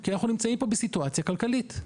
כי אנחנו נמצאים פה בסיטואציה כלכלית.